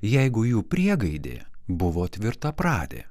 jeigu jų priegaidė buvo tvirtapradė